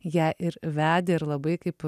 ją ir vedė ir labai kaip